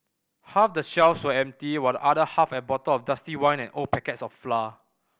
half the shelves were empty while the other half had bottles of dusty wine and old packets of flour